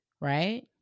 Right